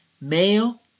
Male